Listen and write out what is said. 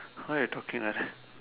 why you talking like that